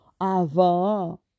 avant